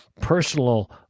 personal